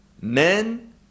men